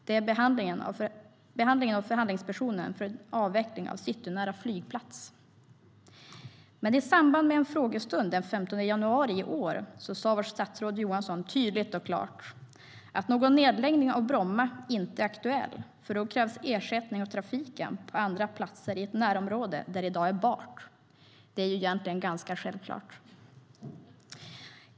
Det är behandlingen av förhandlingspersonen för en avveckling av citynära flygplats. Men i samband med en frågestund den 15 januari i år sa vårt statsråd Johansson tydligt och klartatt någon nedläggning av Bromma inte är aktuell, för då krävs ersättning av trafiken på andra platser i ett närområde där det i dag är bart. Det är egentligen ganska självklart.